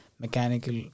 Mechanical